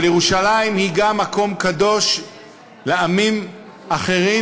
אבל ירושלים היא גם מקום קדוש לעמים אחרים,